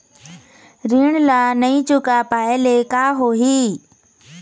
ऋण ला नई चुका पाय ले का होही?